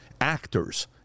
actors